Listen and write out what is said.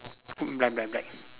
black black black